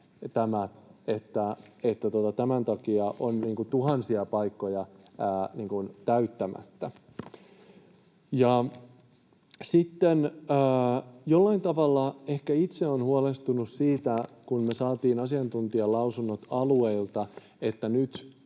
että tämän takia on tuhansia paikkoja täyttämättä. Jollain tavalla ehkä itse olen huolestunut siitä — kun me saatiin asiantuntijalausunnot alueilta — että nyt